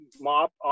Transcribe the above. mop